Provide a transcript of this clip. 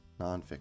nonfiction